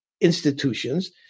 institutions